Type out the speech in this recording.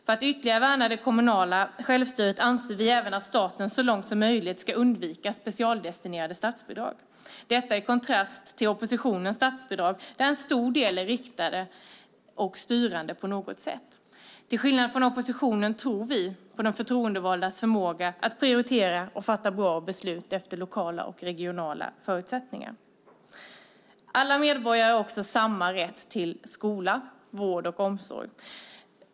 För att ytterligare värna det kommunala självstyret anser vi även att staten så långt som möjligt ska undvika specialdestinerade statsbidrag, detta i kontrast till oppositionens statsbidrag, där en stor del är riktade och styrande på något sätt. Till skillnad från oppositionen tror vi på de förtroendevaldas förmåga att prioritera och fatta bra beslut utifrån lokala och regionala förutsättningar. Alla medborgare har också samma rätt till skola, vård och omsorg.